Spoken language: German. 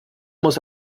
muss